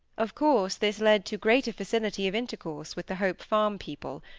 of course this led to greater facility of intercourse with the hope farm people.